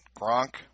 Gronk